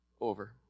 over